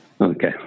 Okay